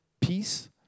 peace